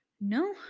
No